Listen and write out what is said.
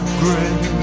great